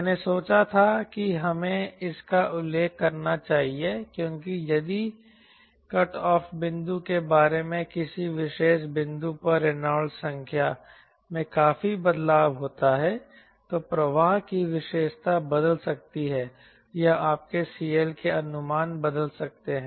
मैंने सोचा था कि हमें इसका उल्लेख करना चाहिए क्योंकि यदि कटऑफ बिंदु के बारे में किसी विशेष बिंदु पर रेनॉल्ड्स संख्या में काफी बदलाव होता है तो प्रवाह की विशेषता बदल सकती है या आपके CL के अनुमान बदल सकते हैं